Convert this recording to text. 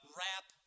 rap